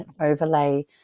overlay